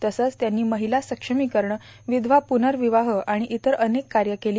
तसंच त्यांनी महिला सक्षमीकरण विधवा प्रनर्विवाह आणि इतर अनेक कार्य केली